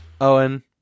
Owen